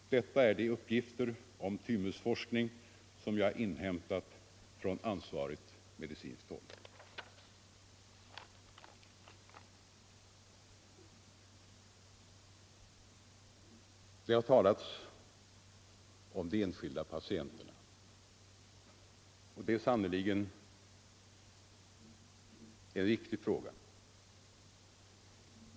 Detta är de uppgifter om thymusforskning jag inhämtat från ansvarigt medicinskt håll. Det har talats om de enskilda patienterna, och deras intressen är sannerligen viktiga.